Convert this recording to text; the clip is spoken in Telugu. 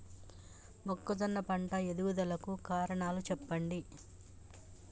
మొక్కజొన్న పంట ఎదుగుదల కు కారణాలు చెప్పండి?